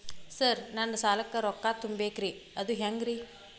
Sir ನನ್ನ ಸಾಲಕ್ಕ ರೊಕ್ಕ ತುಂಬೇಕ್ರಿ ಅದು ಹೆಂಗ್ರಿ?